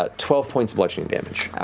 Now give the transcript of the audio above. ah twelve points of bludgeoning damage.